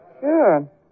Sure